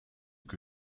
que